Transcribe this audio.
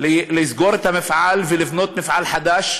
לסגור את המפעל ולבנות מפעל חדש,